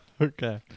Okay